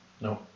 No